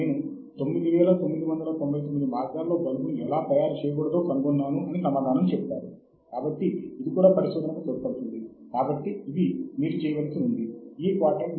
మీ పని కోసం సందర్భాన్ని స్థాపించండి మరియు ముఖ్యం కూడా